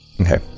Okay